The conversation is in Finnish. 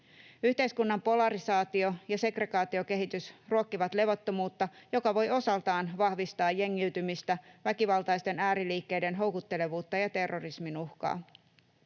Yhteiskunnan polarisaatio ja segregaatiokehitys ruokkivat levottomuutta, joka voi osaltaan vahvistaa jengiytymistä, väkivaltaisten ääriliikkeiden houkuttelevuutta ja terrorismin uhkaa.